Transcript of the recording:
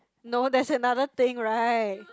no there's another thing right